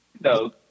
No